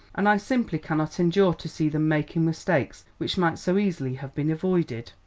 and i simply cannot endure to see them making mistakes which might so easily have been avoided.